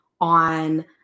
on